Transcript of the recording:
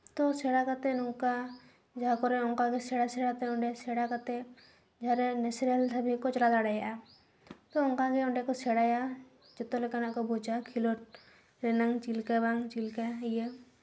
ᱛᱚ ᱥᱮᱬᱟ ᱠᱟᱛᱮ ᱱᱚᱝᱠᱟ ᱡᱟᱦᱟᱸ ᱠᱚᱨᱮ ᱚᱱᱠᱟᱜᱮ ᱥᱮᱬᱟ ᱥᱮᱬᱟᱛᱮ ᱚᱸᱰᱮ ᱥᱮᱬᱟ ᱠᱟᱛᱮ ᱡᱟᱦᱟᱸ ᱱᱮᱥᱱᱮᱞ ᱫᱷᱟᱹᱵᱤᱡ ᱠᱚ ᱪᱟᱞᱟᱣ ᱫᱟᱲᱮᱭᱟᱜᱼᱟ ᱛᱚ ᱚᱱᱠᱟᱜᱮ ᱚᱸᱰᱮ ᱠᱚ ᱥᱮᱬᱟᱭᱟ ᱡᱚᱛᱚ ᱞᱮᱠᱟᱱᱟᱜ ᱠᱚ ᱵᱩᱡᱟ ᱠᱷᱮᱞᱳᱰ ᱨᱮᱱᱟᱝ ᱪᱮᱫ ᱞᱮᱠᱟ ᱵᱟᱝ ᱪᱮᱫ ᱞᱮᱠᱟ ᱤᱭᱟᱹ